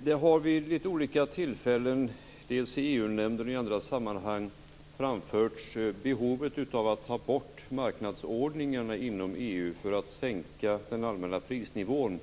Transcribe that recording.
Fru talman! Det har vid olika tillfällen, dels i EU nämnden, dels i andra sammanhang, framförts att det finns ett behov av att ta bort marknadsordningarna inom EU för att sänka den allmänna prisnivån